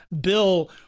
bill